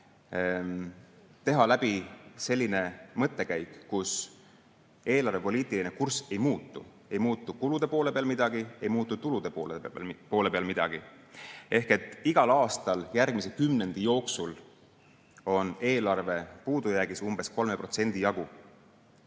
teha läbi selline mõttekäik, kus eelarvepoliitiline kurss ei muutu – ei muutu kulude poole peal midagi, ei muutu tulude poole peal midagi –, siis igal aastal järgmise kümnendi jooksul on eelarve puudujäägis umbes 3% jagu.